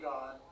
God